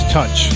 Touch